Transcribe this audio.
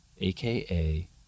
AKA